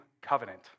covenant